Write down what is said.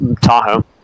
Tahoe